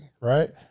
right